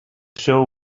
show